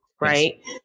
right